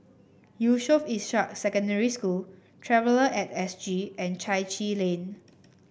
Yusof Ishak Secondary School Traveller at S G and Chai Chee Lane